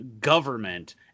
government